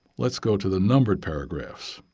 let's go to the numbered paragraphs.